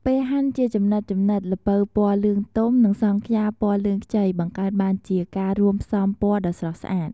ពេលហាន់ជាចំណិតៗ ល្ពៅពណ៌លឿងទុំ និងសង់ខ្យាពណ៌លឿងខ្ចី បង្កើតបានជាការរួមផ្សំពណ៌ដ៏ស្រស់ស្អាត។